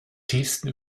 tiefsten